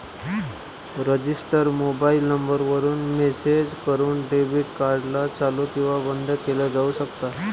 register mobile number वरून message करून debit card ला चालू किंवा बंद केलं जाऊ शकता